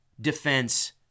defense